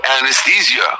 anesthesia